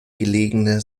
gelegene